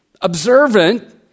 observant